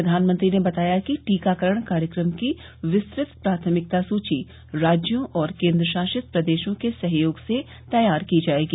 प्रधानमंत्री ने बताया कि टीकाकरण कार्यक्रम की विस्तृत प्राथमिकता सूची राज्यों और केन्द्रशासित प्रदेशों के सहयोग से तैयार की जायेगी